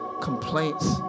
complaints